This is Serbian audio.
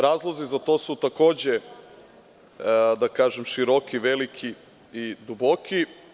Razlozi za to su takođe, da kažem, široki, veliki i duboki.